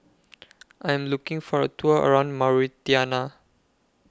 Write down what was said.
I Am looking For A Tour around Mauritania